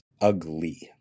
ugly